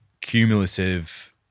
cumulative